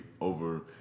over